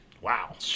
Wow